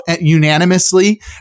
unanimously